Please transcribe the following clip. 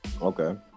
Okay